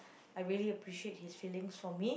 I really appreciate his feelings for me